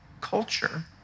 culture